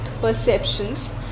perceptions